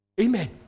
Amen